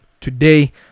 today